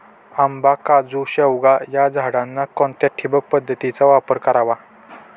आंबा, काजू, शेवगा या झाडांना कोणत्या ठिबक पद्धतीचा वापर करावा?